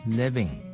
living